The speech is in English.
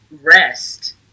rest